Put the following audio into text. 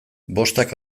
bostak